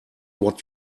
what